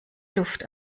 luft